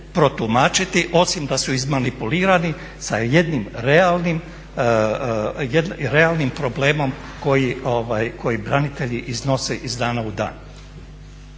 protumačiti osim da su izmanipulirani sa jednim realnim problemom koji branitelji iznose iz dana u dan?